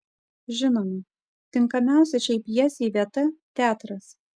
žinoma tinkamiausia šiai pjesei vieta teatras